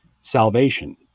salvation